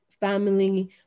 family